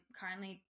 currently